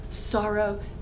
sorrow